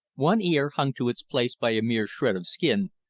one ear hung to its place by a mere shred of skin,